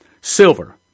Silver